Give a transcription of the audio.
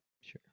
Sure